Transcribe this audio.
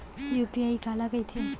UPI काला कहिथे?